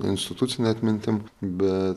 institucine atmintim bet